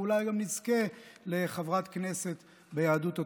ואולי גם נזכה לחברת כנסת ביהדות התורה.